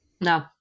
No